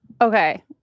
Okay